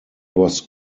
was